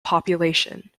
population